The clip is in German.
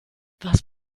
was